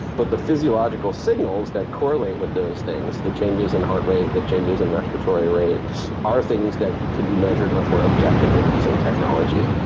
but the physiological signals that correlate with those things the changes in heart rate, the changes in respiratory rate are things that can be measured much more objectively using technology.